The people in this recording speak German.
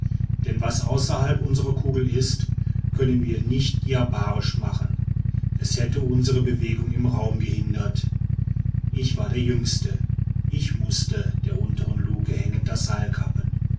denn was außerhalb unsrer kugel ist können wir nicht diabarisch machen es hätte unsre bewegung im raum gehindert ich war der jüngste ich mußte in der untern luke hängend das